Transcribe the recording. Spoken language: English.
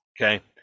Okay